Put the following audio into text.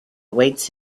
awaits